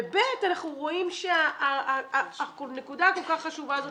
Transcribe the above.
ובי"ת אנחנו רואים שהנקודה הכל כך חשובה הזו